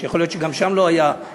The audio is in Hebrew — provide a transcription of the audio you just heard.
אני לא יודע, הטלוויזיה שידרה?